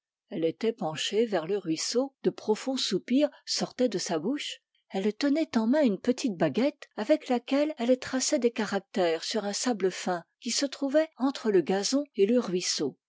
elle était penchée vers le ruisseau de profonds soupirs sortaient de sa bouche elle tenait en main une petite baguette avec laquelle elle traçait des caractères sur un sable fin qui se trouvait entre le gazon et le ruisseau